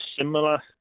similar